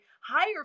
Higher